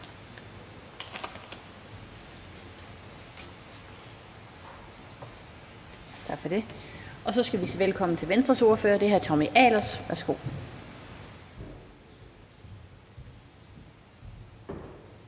Tak for det. Så skal vi sige velkommen til Venstres ordfører, og det er hr. Tommy Ahlers. Værsgo.